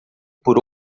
por